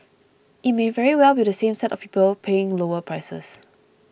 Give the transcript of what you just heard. it may very well be the same set of people paying lower prices